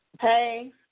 Hey